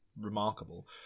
remarkable